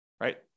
Right